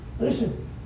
Listen